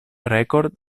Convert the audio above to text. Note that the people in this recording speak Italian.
record